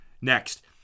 Next